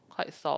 quite soft